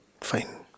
fine